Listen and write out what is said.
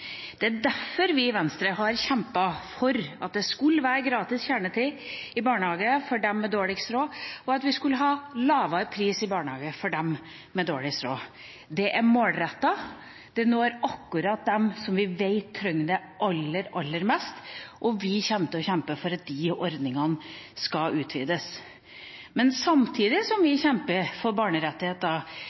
Det er derfor vi i Venstre har kjempet for at det skulle være gratis kjernetid i barnehagen for dem med dårligst råd, og at vi skulle ha lavere pris i barnehagen for dem med dårligst råd. Det er målrettet, det når akkurat dem som vi vet trenger det aller, aller mest, og vi kommer til å kjempe for at de ordningene skal utvides. Men samtidig som vi kjemper for barnerettigheter,